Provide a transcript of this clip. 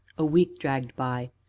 a week dragged by,